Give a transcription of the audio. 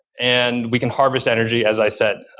and we can harvest energy, as i said.